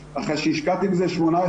כאילו, לא נכון לעשות --- לא,